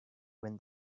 when